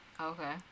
Okay